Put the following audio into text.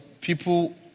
People